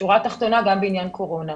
בשורה התחתונה, גם בעניין קורונה.